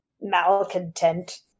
Malcontent